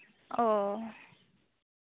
ᱚ